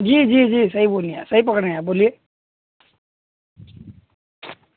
जी जी जी सही बोली हैं सही पकड़े हैं आप बोलिए